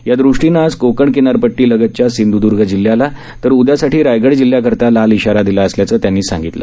यादृष्टीनं आज कोकण किनारपटटीलगतच्या सिंध्दूर्ग जिल्ह्याला तर उद्यासाठी रायगड जिल्ह्याकरता लाल इशारा दिला असल्याचं त्यांनी सांगितलं